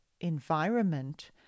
environment